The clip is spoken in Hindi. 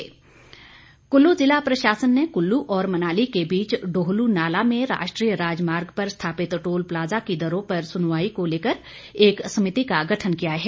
टोल प्लाजा कुल्लू जिला प्रशासन ने कुल्लू और मनाली के बीच डोहलूनाला में राष्ट्रीय राजमार्ग पर स्थापित टोल प्लाजा की दरों पर सुनवाई को लेकर एक समिति का गठन किया है